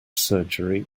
surgery